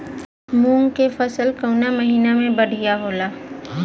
मुँग के फसल कउना महिना में बढ़ियां होला?